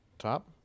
top